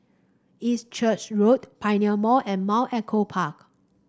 East Church Road Pioneer Mall and Mount Echo Park